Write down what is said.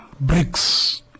bricks